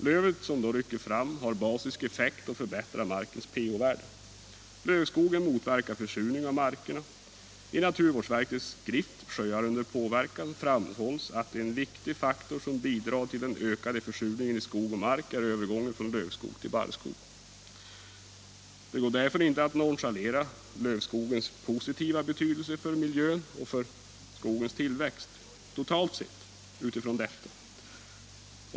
Lövet som då rycker fram har basisk effekt och förbättrar markens pH-värde. Lövskogen motverkar försurning av markerna. I naturvårdsverkets skrift Sjöar under påverkan framhålls att en viktig faktor som bidrar till den ökande försurningen i skog och mark är övergången från lövstog till barrskog. Det går därför inte att nonchalera lövskogens positiva betydelse för miljön och för skogens tillväxt totalt sett.